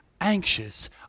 anxious